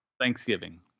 Thanksgiving